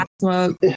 smoke